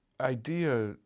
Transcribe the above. idea